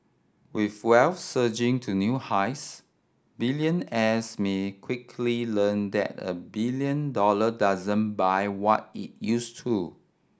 with wealth surging to new highs billionaires me quickly learn that a billion dollar doesn't buy what it used to